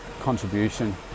contribution